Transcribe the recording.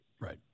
Right